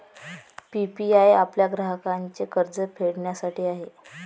PPI आपल्या ग्राहकांचे कर्ज फेडण्यासाठी आहे